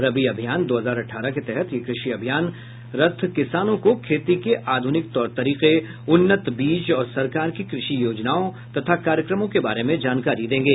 रबी अभियान दो हजार अठारह के तहत ये कृषि अभियान रथ किसानों को खेती के आधुनिक तौर तरीके उन्नत बीज और सरकार की कृषि योजनाओं तथा कार्यक्रमों के बारे में जानकारी देंगे